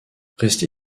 resté